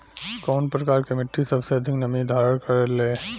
कउन प्रकार के मिट्टी सबसे अधिक नमी धारण करे ले?